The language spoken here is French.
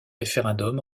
référendum